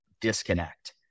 disconnect